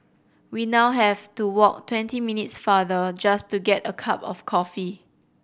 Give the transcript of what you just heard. we now have to walk twenty minutes farther just to get a cup of coffee